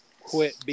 quit